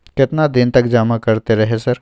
केतना दिन तक जमा करते रहे सर?